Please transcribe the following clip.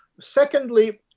Secondly